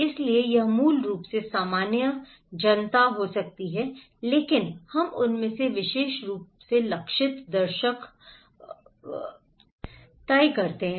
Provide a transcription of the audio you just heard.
इसलिए यह मूल रूप से सामान्य सामान्य जनता हो सकता है लेकिन हम उनमें से विशेष रूप से लक्षित दर्शक हो सकते हैं